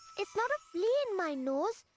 it's not a flea in my nose,